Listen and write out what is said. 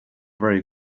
very